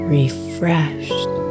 refreshed